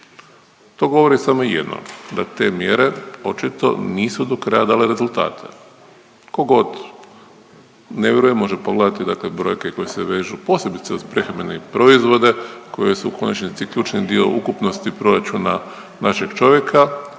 To govori samo jedno da te mjere očito nisu dokraja dale rezultate. Tko god ne vjeruje može pogledati dakle brojke koje se vežu posebice uz prehrambene proizvode koji su u konačnici ključni dio ukupnosti proračuna našeg čovjeka,